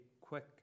quick